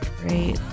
great